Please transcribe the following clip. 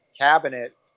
cabinet